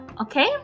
okay